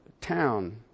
town